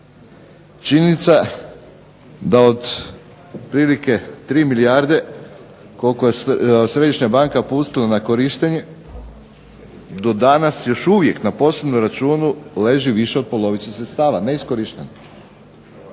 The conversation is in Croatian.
Činjenica da otprilike 3 milijarde koliko je središnja banka pustila na korištenje, do danas još uvijek na posebnom računu leži više od polovice sredstava, neiskorišteno,